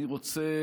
אני רוצה